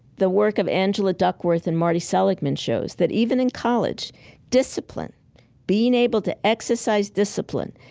the work of angela duckworth and marty seligman shows that even in college discipline being able to exercise discipline,